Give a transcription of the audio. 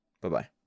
Bye-bye